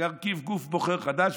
להרכיב גוף בוחר חדש,